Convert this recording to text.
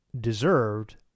deserved